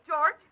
George